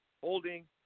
Holding